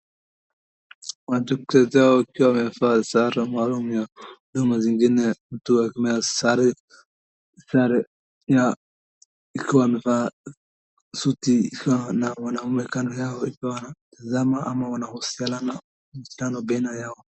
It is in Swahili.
Watu kadhaa wakiwa wamevaa sare maalum ya huduma zingine mtu akiwa amevaa sare sare ya akiwa amevaa suti na wanaume kando yao, wakiwa wanatazama ama wanahusiana na mukutano baina yao.